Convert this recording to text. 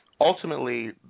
Ultimately